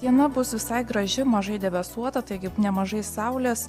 diena bus visai graži mažai debesuota taigi nemažai saulės